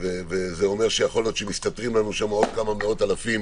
יכול להיות שמסתתרים לנו כמה מאות אלפים